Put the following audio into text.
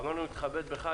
אמרנו: נתכבד בך.